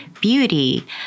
beauty